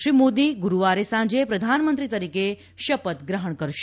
શ્રી મોદી ગુરૂવારે સાંજે પ્રધાનમંત્રી તરીકે શપથ ગ્રફણ કરશે